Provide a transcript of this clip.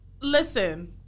listen